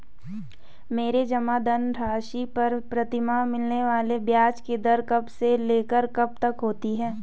मेरे जमा धन राशि पर प्रतिमाह मिलने वाले ब्याज की दर कब से लेकर कब तक होती है?